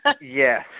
Yes